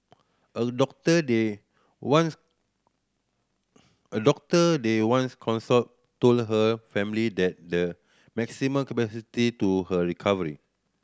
a doctor they once a doctor they once consulted told her family that the maximum capacity to her recovery